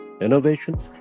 innovation